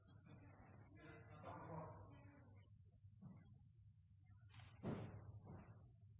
mest